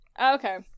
Okay